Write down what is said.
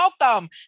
welcome